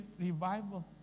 revival